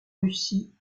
russie